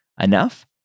enough